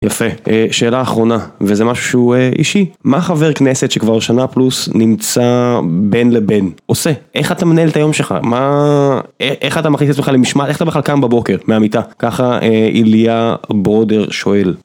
יפה, שאלה אחרונה, וזה משהו שהוא אישי, מה חבר כנסת שכבר שנה פלוס נמצא בין לבין עושה, איך אתה מנהל את היום שלך, איך אתה מכניס את עצמך למשמעת, איך אתה בכלל קם בבוקר מהמיטה, ככה איליה ברודר שואל.